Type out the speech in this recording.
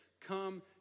Come